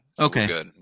Okay